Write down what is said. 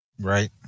Right